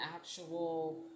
actual